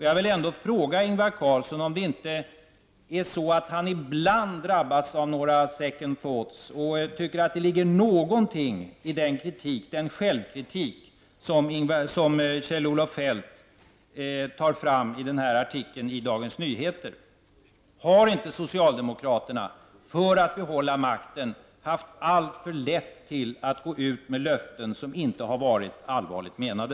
Jag vill fråga Ingvar Carlsson om han ändå inte ibland drabbats av några ''second thoughts'' och tycker att det ligger någonting i den självkritik som Kjell-Olof Feldt för fram i artikeln i Dagens Nyheter. Har inte socialdemokraterna, för att få behålla makten, haft alltför lätt för att gå ut med löften som inte varit allvarligt menade?